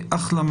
נרשמה.